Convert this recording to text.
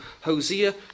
Hosea